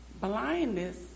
blindness